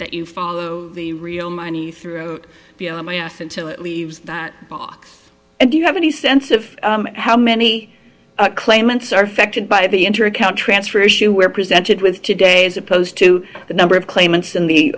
that you follow the real money through my ass until it leaves that box and do you have any sense of how many claimants are affected by the enter account transfer issue we're presented with today as opposed to the number of claimants in the